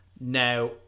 now